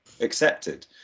accepted